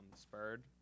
spurred